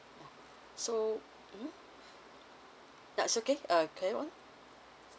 ya so mmhmm that's okay uh carry on